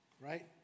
right